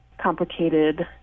complicated